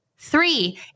Three